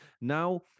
Now